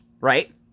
right